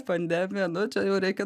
pandemija nu čia jau reikia